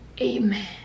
Amen